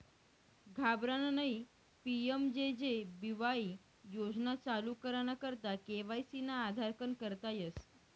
घाबरानं नयी PMJJ BY योजना चालू कराना करता के.वाय.सी ना आधारकन करता येस